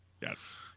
Yes